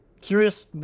curious